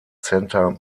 center